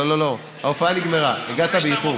לא, לא, לא, ההופעה נגמרה, הגעת באיחור.